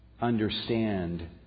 understand